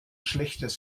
schlechtes